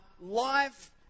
life